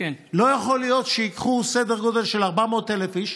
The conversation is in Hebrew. לא יכול להיות שייקחו סדר גודל של 400,000 איש,